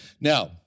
Now